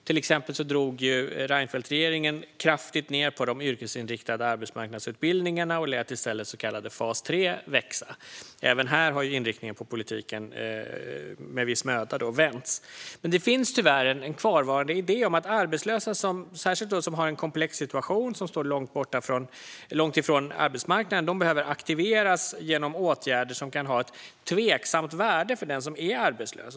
Till exempel drog Reinfeldtregeringen kraftigt ned på de yrkesinriktade arbetsmarknadsutbildningarna och lät i stället den så kallade fas 3 växa. Även här har inriktningen på politiken mödosamt vänts. Men det finns tyvärr en kvarvarande idé om att arbetslösa, särskilt de som har en komplex situation och står långt från arbetsmarknaden, behöver "aktiveras" genom åtgärder som kan ha ett tveksamt värde för den som är arbetslös.